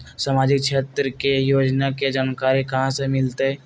सामाजिक क्षेत्र के योजना के जानकारी कहाँ से मिलतै?